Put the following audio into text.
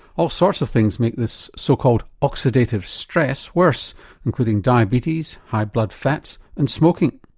all sorts of things make this so called oxidative stress worse including diabetes, high blood fats and smoking.